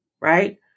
right